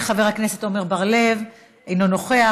חבר הכנסת עמר בר-לב, אינו נוכח.